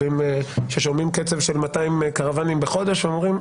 ששומעים קצב של 200 קרוואנים בחודש ואומרים,